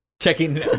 checking